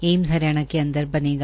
AIIMS Haryana के अंदर बनेगा